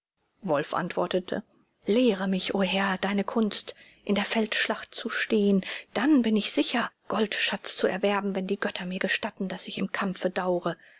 wolf antwortete lehre mich o herr deine kunst in der feldschlacht zu stehen dann bin ich sicher goldschatz zu erwerben wenn die götter mir gestatten daß ich im kampfe dauere